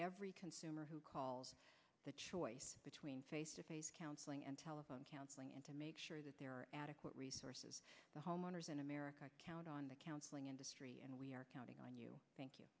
every consumer who calls the choice between face to face counseling and telephone counseling and to make sure that there are adequate resources the homeowners in america count on the counseling industry and we are counting on you thank you